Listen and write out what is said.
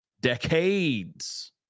Decades